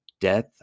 death